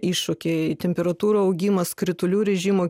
iššūkiai temperatūrų augimas kritulių režimo